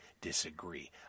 disagree